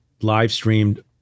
live-streamed